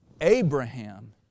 Abraham